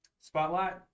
spotlight